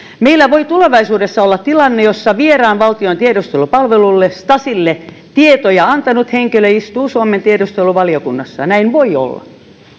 meillä voi tulevaisuudessa olla tilanne jossa vieraan valtion tiedustelupalvelulle stasille tietoja antanut henkilö istuu suomen tiedusteluvaliokunnassa näin voi olla